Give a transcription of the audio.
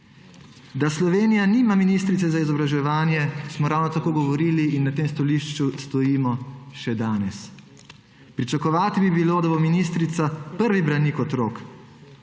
Da Slovenija nima ministrice za izobraževanje, smo ravno tako govorili in na tem stališču stojimo še danes. Pričakovati bi bilo, da bo ministrica prvi branik otrok,